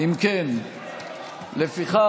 לפיכך,